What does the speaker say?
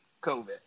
COVID